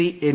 E N